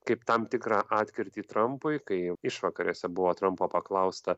kaip tam tikrą atkirtį trampui kai jau išvakarėse buvo trampo paklausta